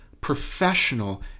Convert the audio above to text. professional